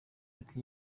ati